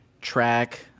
track